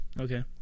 Okay